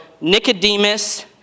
Nicodemus